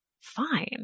fine